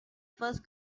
first